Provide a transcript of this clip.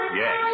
yes